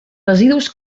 residus